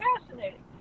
fascinating